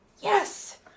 Yes